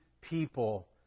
people